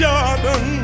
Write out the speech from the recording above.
Jordan